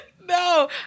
No